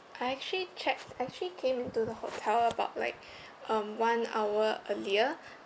I actually check I actually came into the hotel about like um one hour earlier